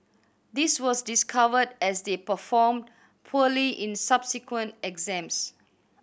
this was discovered as they performed poorly in subsequent exams